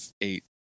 eight